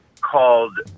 called